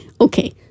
Okay